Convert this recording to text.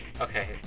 Okay